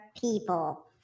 people